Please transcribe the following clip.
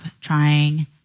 trying